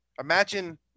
Imagine